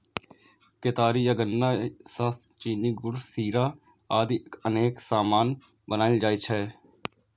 केतारी या गन्ना सं चीनी, गुड़, शीरा आदि अनेक सामान बनाएल जाइ छै